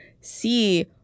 see